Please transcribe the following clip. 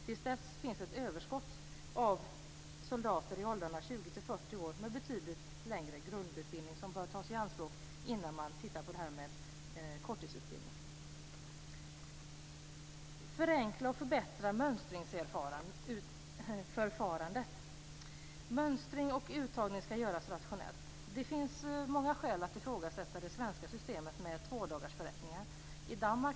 Tills dess finns det ett överskott av soldater i åldrarna 20-40 år med betydligt längre grundutbildning som bör tas i anspråk innan man tittar på det här med korttidsutbildning. Man bör förenkla och förbättra mönstringsförfarandet. Mönstring och uttagning skall göras rationellt. Det finns många skäl att ifrågasätta det svenska systemet med tvådagarsförrättningar.